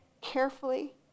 carefully